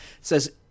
says